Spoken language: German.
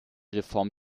reform